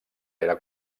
era